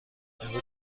امروز